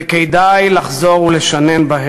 וכדאי לחזור ולשננם.